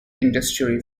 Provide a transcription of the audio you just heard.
industry